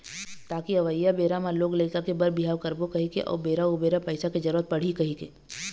ताकि अवइया बेरा म लोग लइका के बर बिहाव करबो कहिके अउ बेरा उबेरा पइसा के जरुरत पड़ही कहिके